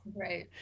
Right